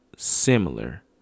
similar